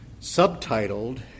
subtitled